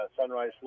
sunrise